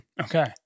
Okay